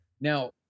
now